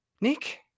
Nick